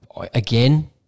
Again